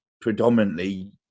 predominantly